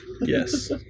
Yes